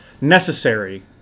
necessary